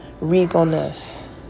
regalness